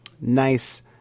nice